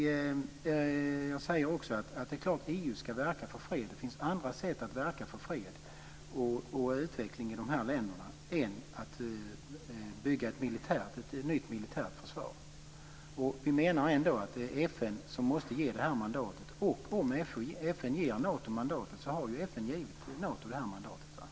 Jag säger också att det är klart att EU skall verka för fred. Det finns andra sätt att verka för fred och utveckling i de här länderna än att bygga ett nytt militärt försvar. Jag menar ändå att det är FN som måste ge detta mandat. Om FN ger Nato mandatet så har ju FN givit Nato det mandatet.